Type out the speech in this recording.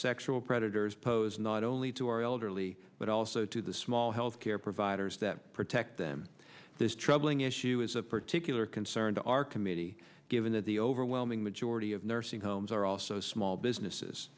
sexual predators pose not only to our elderly but also to the small health care providers that protect them this troubling issue is of particular concern to our committee given that the overwhelming majority of nursing homes are also small businesses